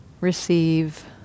Receive